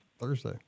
Thursday